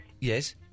Yes